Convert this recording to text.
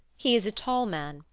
he is a tall man,